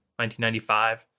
1995